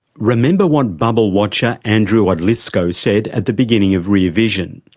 remember what bubble watcher andrew odlyzko said at the beginning of rear vision,